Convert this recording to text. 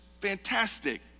fantastic